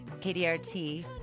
KDRT